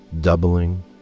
Doubling